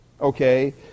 okay